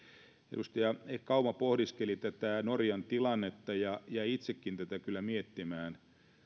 edustaja kauma pohdiskeli norjan tilannetta ja ja itsekin jäin tätä kyllä miettimään